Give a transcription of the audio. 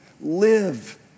Live